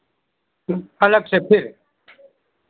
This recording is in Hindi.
अलग सेपरेट